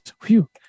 Phew